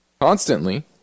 constantly